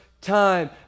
time